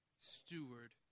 steward